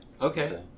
Okay